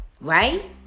Right